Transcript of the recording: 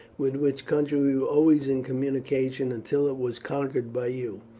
with which country we were always in communication until it was conquered by you.